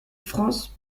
france